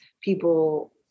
people